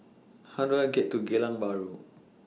How Do I get to Geylang Bahru